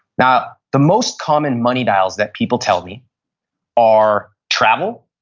now, the most common money dials that people tell me are travel,